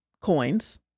coins